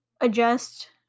adjust